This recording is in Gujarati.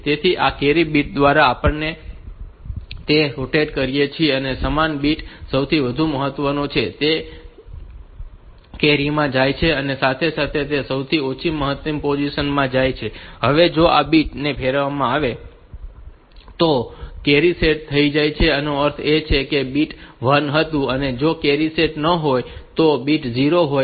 તેથી આ કેરી બીટ દ્વારા આપણે તેને રોટેટ કરીએ છીએ તે સમાન બીટ સૌથી વધુ મહત્વનો બીટ તે કેરી માં જાય છે અને સાથે સાથે તે સૌથી ઓછી મહત્વની પોઝીશન માં જાય છે હવે જો આ બીટ ને ફેરવવામાં આવે તો જો કેરી સેટ થઈ જાય તો તેનો અર્થ એ હોય છે કે બીટ 1 હતું અને જો કેરી સેટ ન હોય તો બીટ 0 હોય છે